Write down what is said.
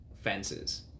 fences